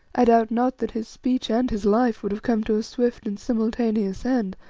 i doubt not that his speech and his life would have come to a swift and simultaneous end,